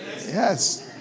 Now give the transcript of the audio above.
yes